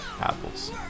apples